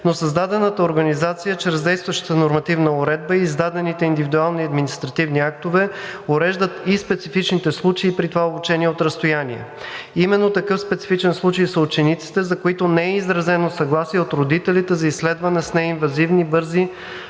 но създадената организация чрез действащата нормативна уредба и издадените индивидуални административни актове уреждат и специфичните случаи при това обучение от разстояние. Именно такъв специфичен случай са учениците, за които не е изразено съгласие от родителите за изследване с неинвазивни бързи